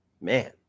Man